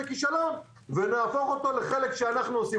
הכישלון ונהפוך אותו לחלק שאנחנו עושים.